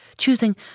choosing